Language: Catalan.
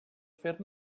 fer